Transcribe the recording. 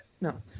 No